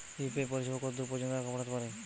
UPI পরিসেবা কতদূর পর্জন্ত টাকা পাঠাতে পারি?